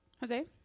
Jose